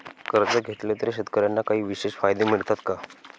कर्ज घेतले तर शेतकऱ्यांना काही विशेष फायदे मिळतात का?